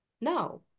No